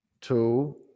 two